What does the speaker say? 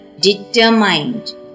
determined